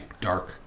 dark